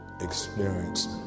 experience